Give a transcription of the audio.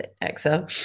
Excel